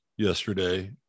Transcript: yesterday